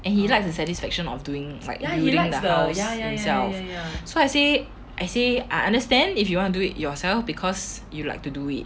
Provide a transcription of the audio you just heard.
and he likes the satisfaction of doing like moving the house himself so I say I say I understand if you want to do it yourself because you like to do it